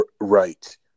Right